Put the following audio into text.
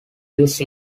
use